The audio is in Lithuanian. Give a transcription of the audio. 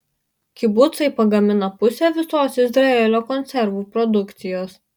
kibucai pagamina pusę visos izraelio konservų produkcijos